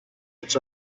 its